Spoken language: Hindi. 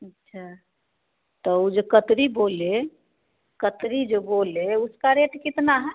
अच्छा तो वह जो कतरी बोले कतरी जो बोले उसका रेट कितना है